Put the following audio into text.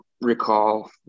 recall